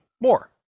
more